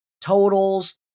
totals